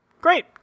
Great